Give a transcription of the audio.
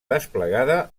desplegada